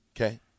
okay